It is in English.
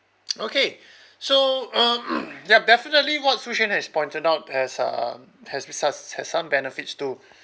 okay so um yup definitely what shu shen has pointed out has um has has some benefits too